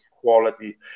quality